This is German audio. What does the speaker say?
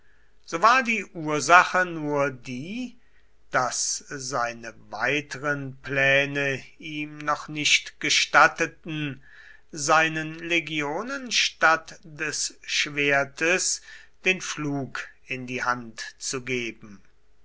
so war die ursache nur die daß seine weiteren pläne ihm noch nicht gestatteten seinen legionen statt des schwertes den pflug in die hand zu geben